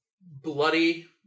bloody